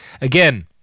again